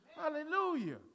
hallelujah